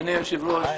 אדוני היושב-ראש,